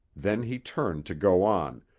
then he turned to go on,